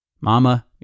Mama